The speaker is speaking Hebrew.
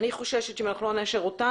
אני חוששת שאם אנחנו לא נאשר אותן,